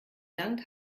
dank